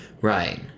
Right